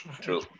True